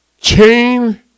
Chain